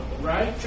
right